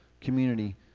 community